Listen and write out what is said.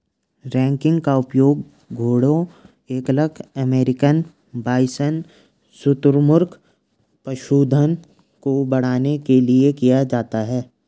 ranking का उपयोग घोड़ों एल्क अमेरिकन बाइसन शुतुरमुर्ग पशुधन को बढ़ाने के लिए किया जाता है